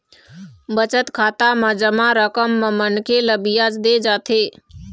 बचत खाता म जमा रकम म मनखे ल बियाज दे जाथे